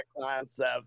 concept